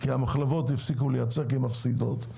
המחלבות הפסיקו לייצר בגלל שהן מפסידות.